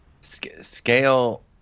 Scale